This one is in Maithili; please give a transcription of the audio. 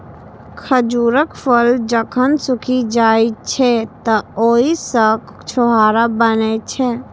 खजूरक फल जखन सूखि जाइ छै, तं ओइ सं छोहाड़ा बनै छै